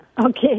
Okay